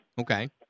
Okay